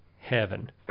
heaven